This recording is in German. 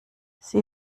sie